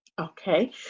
Okay